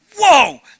Whoa